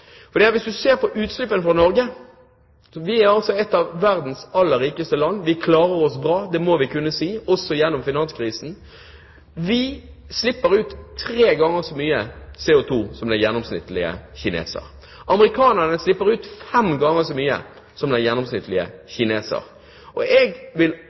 fokuset hjemover. Hvis man ser på utslippene fra Norge – vi er et av verdens aller rikeste land, vi klarer oss bra, det må vi kunne si, også gjennom finanskrisen – så slipper vi ut tre ganger så mye CO2 som den gjennomsnittlige kineser. Amerikanerne slipper ut fem ganger så mye som den gjennomsnittlige kineser. Jeg kan ikke fatte og